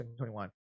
2021